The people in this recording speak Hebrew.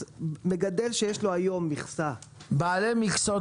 מגדל שיש לו היום מכסה בעלי מכסות